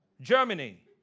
Germany